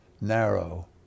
narrow